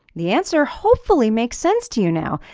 the answer hopefully makes sense to you now.